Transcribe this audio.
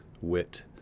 wit